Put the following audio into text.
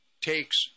takes